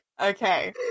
Okay